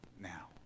now